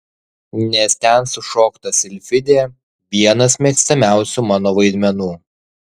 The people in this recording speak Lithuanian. nes ten sušokta silfidė vienas mėgstamiausių mano vaidmenų